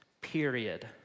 Period